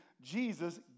Jesus